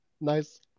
nice